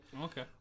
Okay